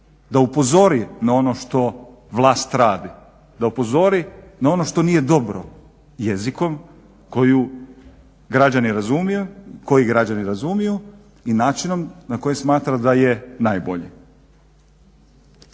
da upozori na ono što vlast radi, da upozori na ono što nije dobro jezikom koju građani razumiju, koji građani razumiju i načinom na koji smatra da je najbolji.